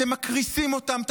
אתם מקריסים אותם,